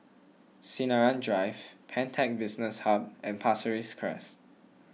Sinaran Drive Pantech Business Hub and Pasir Ris Crest